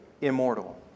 immortal